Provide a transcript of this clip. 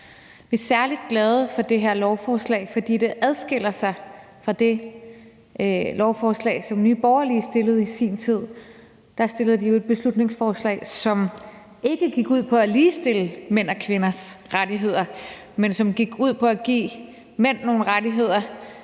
Vi er særlig glade for det her lovforslag, fordi det adskiller sig fra det beslutningsforslag, som Nye Borgerlige fremsatte i sin tid. Der fremsatte de jo et beslutningsforslag, som ikke gik ud på at ligestille mænd og kvinders rettigheder, men som gik ud på at give mænd nogle rettigheder,